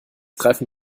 greifen